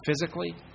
physically